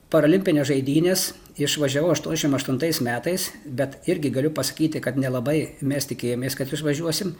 paralimpines žaidynes išvažiavau aštuoniasdešimt aštuntais metais bet irgi galiu pasakyti kad nelabai mes tikėjomės kad išvažiuosim